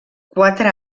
quatre